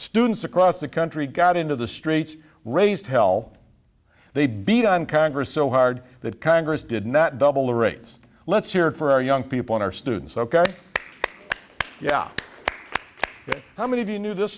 students across the country got into the streets raised hell they beat on congress so hard that congress did not double the rates let's hear it for our young people in our students ok yeah how many of you knew this